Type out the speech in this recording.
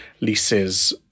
Leases